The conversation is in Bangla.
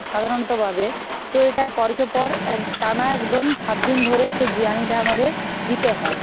সাধারণতভাবে তো এটা পরকে পর এক টানা একদম সাত দিন ধরে সে জিয়ানিটা আমাদের দিতে হয়